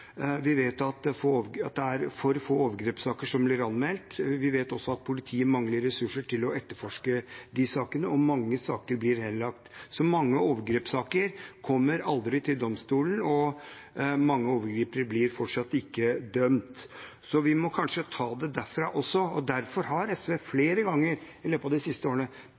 Vi vet at det er for få overgrepssaker som blir anmeldt. Vi vet også at politiet mangler ressurser til å etterforske sakene, og mange saker blir henlagt. Mange overgrepssaker kommer aldri til domstolen, og mange overgripere blir fortsatt ikke dømt, så vi må kanskje ta det derfra også. Derfor har SV flere ganger i løpet av de siste årene